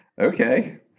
okay